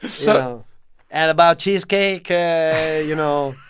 so and about cheesecake you know,